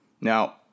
Now